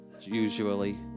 usually